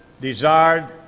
desired